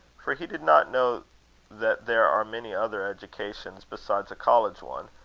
for he did not know that there are many other educations besides a college one,